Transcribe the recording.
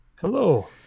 Hello